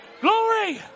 Glory